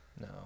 No